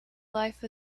life